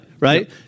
Right